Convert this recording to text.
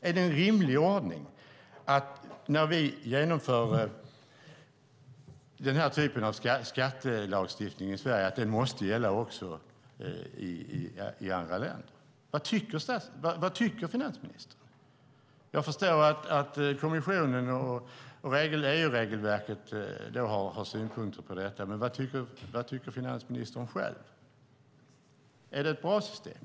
Är det en rimlig ordning när vi genomför denna typ av skattelagstiftning i Sverige att den måste gälla också i andra länder? Vad tycker finansministern? Jag förstår att kommissionen och EU-regelverket har synpunkter på detta, men vad tycker finansministern själv? Är det ett bra system?